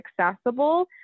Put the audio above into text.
accessible